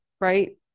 right